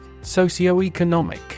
Socioeconomic